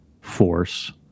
force